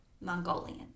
Mongolian